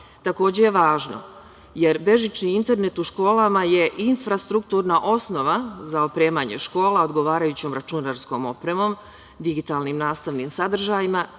takođe je važno, jer bežični internet u školama je infrastrukturna osnova za opremanje škola odgovarajućom računarskom opremom, digitalnim nastavnim sadržajima